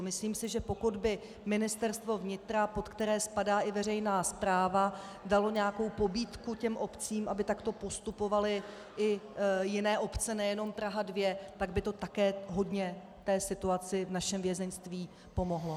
Myslím si, že pokud by Ministerstvo vnitra, pod které spadá i veřejná správa, dalo nějakou pobídku obcím, aby takto postupovaly i jiné obce, nejenom Praha 2, tak by to také hodně situaci v našem vězeňství pomohlo.